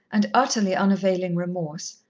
and utterly unavailing remorse,